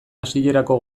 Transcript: hasierako